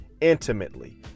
intimately